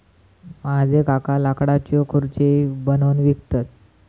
माझे काका लाकडाच्यो खुर्ची बनवून विकतत